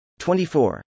24